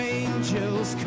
angels